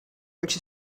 which